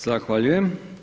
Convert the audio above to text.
Zahvaljujem.